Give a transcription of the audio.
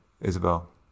Isabel